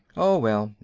oh well,